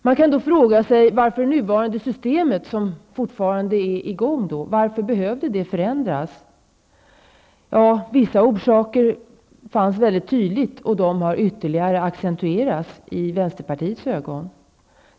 Man kan då fråga varför det system som fortfarande är i gång behövde förändras. Vissa orsaker var mycket tydliga, och de har i vänsterpartiets ögon accentuerats ytterligare.